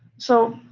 so,